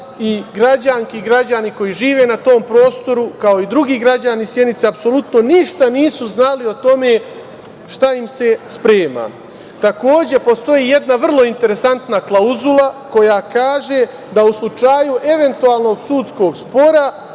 i građani i građanke koji žive na tom prostoru, kao i drugi građani Sjenice, apsolutno ništa nisu znali o tome šta im se sprema. Takođe, postoji jedna vrlo interesantna klauzula, koja kaže da u slučaju eventualnog sudskog spora